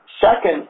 Second